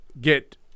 get